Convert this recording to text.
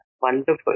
Wonderful